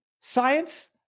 Science